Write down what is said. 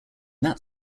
that